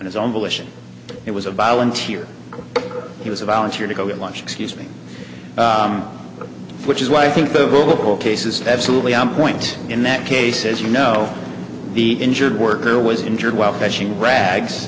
his own volition it was a volunteer he was a volunteer to go get lunch excuse me which is why i think the local cases the absolutely on point in that case is you know the injured worker was injured while fetching